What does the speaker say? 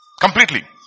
Completely